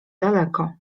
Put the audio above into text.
daleko